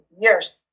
years